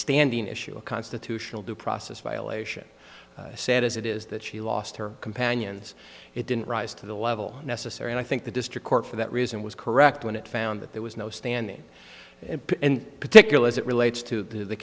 standing issue a constitutional due process violation sad as it is that she lost her companions it didn't rise to the level necessary and i think the district court for that reason was correct when it found that there was no standing and in particular as it relates to the